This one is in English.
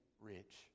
rich